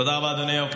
תודה רבה, אדוני היו"ר.